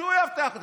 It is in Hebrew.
שהוא יאבטח אותם.